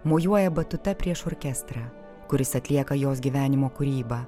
mojuoja batuta prieš orkestrą kuris atlieka jos gyvenimo kūrybą